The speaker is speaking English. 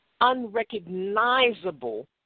unrecognizable